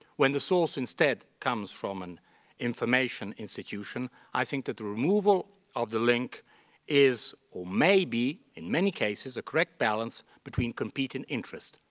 when the source instead comes from an information institution, i think that the removal of the link is, or may be in many cases, a correct balance between competing interest.